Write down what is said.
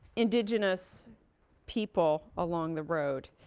indigenous people along the road.